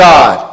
God